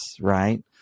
right